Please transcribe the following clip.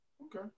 okay